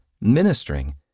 ministering